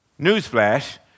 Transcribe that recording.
Newsflash